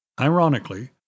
Ironically